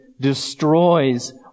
destroys